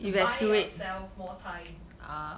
to buy yourself more time